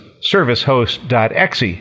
ServiceHost.exe